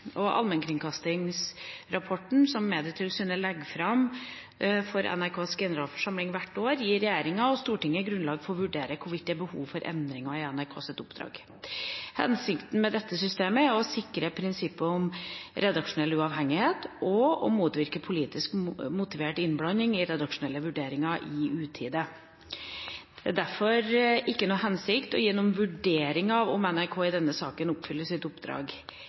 Allmennkringkastingsrapporten som Medietilsynet legger fram for NRKs generalforsamling hvert år, gir regjeringa og Stortinget grunnlag for å vurdere hvorvidt det er behov for endringer i NRKs oppdrag. Hensikten med dette systemet er å sikre prinsippet om redaksjonell uavhengighet og å motvirke politisk motivert innblanding i redaksjonelle vurderinger i utide. Det er derfor ikke noen hensikt i å gi noen vurdering av om NRK i denne saken oppfyller sitt oppdrag